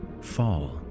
fall